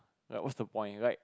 like what's the point like